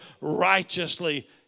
righteously